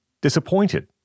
disappointed